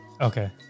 okay